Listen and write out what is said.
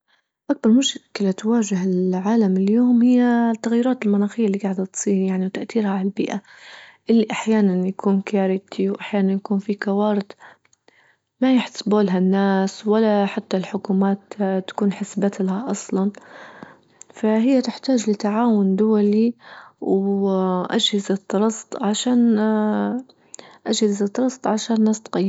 أكبر مشكلة تواجه العالم اليوم هي التغيرات المناخية اللي جاعدة تصير يعني وتأثيرها على البيئة اللي أحيانا يكون كارثى وأحيانا يكون في كوارث ما يحسبوا لها الناس ولا حتى الحكومات تكون حسبت لها أصلا، فهي تحتاج لتعاون دولي وأجهزة ترصد عشان أجهزة ترصد عشان الناس تقيها.